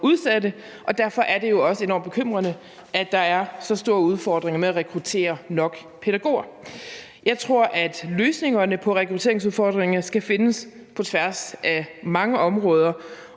derfor er det jo også enormt bekymrende, at der er så store udfordringer med at rekruttere nok pædagoger. Jeg tror, at løsningerne på rekrutteringsudfordringerne skal findes på tværs af mange områder,